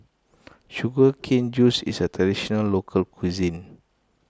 Sugar Cane Juice is a Traditional Local Cuisine